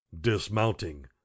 Dismounting